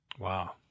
Wow